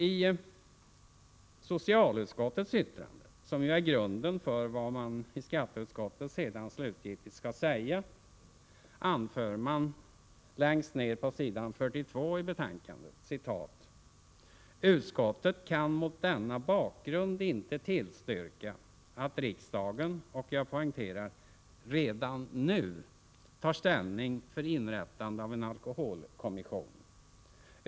I socialutskottets yttrande, som ju är grunden för vad skatteutskottet sedan slutgiltigt skall säga, anför man längst ned på s. 42 i skatteutskottets betänkande 1984/85:1: ”Utskottet kan mot denna bakgrund inte tillstyrka att riksdagen”, och jag poängterar, ”redan nu tar ställning för inrättande av en alkoholkommission.